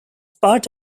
part